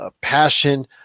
passion